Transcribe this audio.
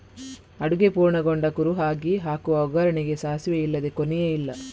ಅಡುಗೆ ಪೂರ್ಣಗೊಂಡ ಕುರುಹಾಗಿ ಹಾಕುವ ಒಗ್ಗರಣೆಗೆ ಸಾಸಿವೆ ಇಲ್ಲದೇ ಕೊನೆಯೇ ಇಲ್ಲ